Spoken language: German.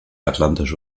atlantische